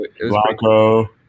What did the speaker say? Blanco